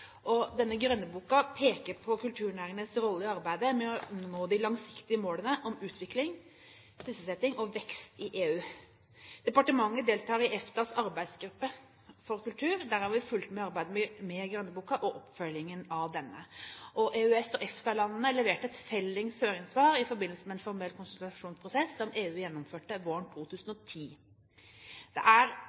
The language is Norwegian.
peker på kulturnæringenes rolle i arbeidet for å nå de langsiktige målene om utvikling, sysselsetting og vekst i EU. Departementet deltar i EFTAs arbeidsgruppe for kultur. Der har vi fulgt arbeidet med grønnboka og oppfølgingen av denne. EØS/EFTA-landene leverte et felles høringssvar i forbindelse med en formell konsultasjonsprosess som EU gjennomførte våren 2010. Det er